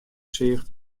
seach